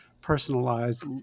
personalized